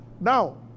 Now